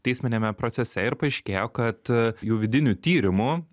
teisminiame procese ir paaiškėjo kad jų vidiniu tyrimu